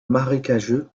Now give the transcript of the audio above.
marécageux